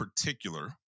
particular